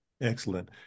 Excellent